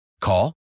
Call